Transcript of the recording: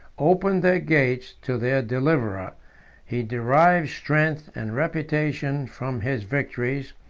opened their gates to their deliverer he derived strength and reputation from his victories,